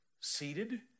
seated